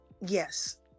Yes